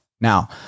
Now